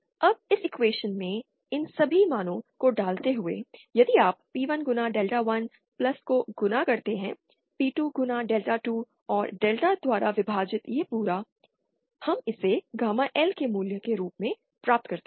तो अब इस इक्वेशन में इन सभी मानों को डालते हुए यदि आप P1 गुना डेल्टा 1 प्लस को गुणा करते हैं P2 गुना डेल्टा 2 और डेल्टा द्वारा विभाजित यह पूरा हम इसे गामा L के मूल्य के रूप में प्राप्त करते हैं